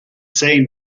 say